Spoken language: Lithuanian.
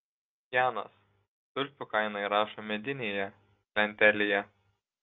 janas tulpių kainą įrašo medinėje lentelėje